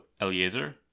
Eliezer